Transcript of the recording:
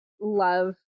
love